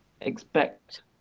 expect